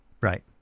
right